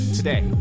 today